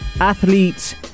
athletes